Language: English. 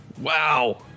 Wow